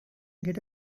get